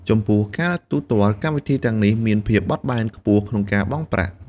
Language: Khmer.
ចំពោះការទូទាត់ កម្មវិធីទាំងនេះមានភាពបត់បែនខ្ពស់ក្នុងការបង់ប្រាក់។